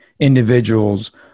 individuals